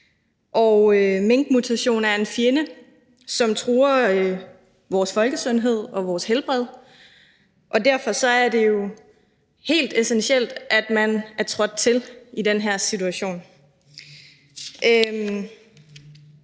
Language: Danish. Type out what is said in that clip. minkmutation er en fjende, som truer vores folkesundhed og vores helbred. Derfor er det jo helt essentielt, at man er trådt til i den her situation.